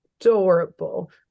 adorable